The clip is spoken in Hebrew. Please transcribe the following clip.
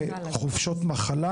וחופשות מחלה.